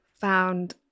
found